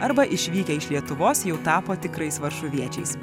arba išvykę iš lietuvos jau tapo tikrais varšuviečiais